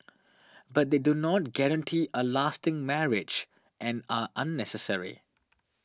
but they do not guarantee a lasting marriage and are unnecessary